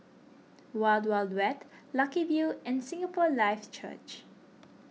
Wild Wild Wet Lucky View and Singapore Life Church